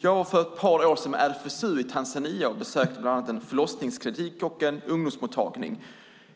För ett par år sedan var jag med RFSU i Tanzania och besökte bland annat en förlossningsklinik och en ungdomsmottagning.